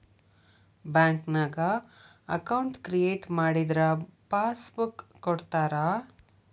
ಬ್ಯಾಂಕ್ನ್ಯಾಗ account create ಮಾಡಿದರ passbook ಕೊಡ್ತಾರಾ